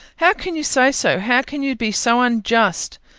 how can you say so? how can you be so unjust?